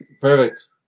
Perfect